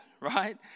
right